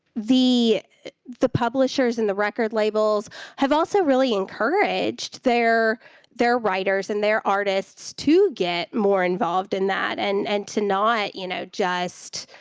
the the publishers and the record labels have also really encouraged their their writers and their artists to get more involved in that, and and to not, you know, just,